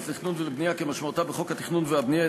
לתכנון ולבנייה כמשמעותה בחוק התכנון והבנייה,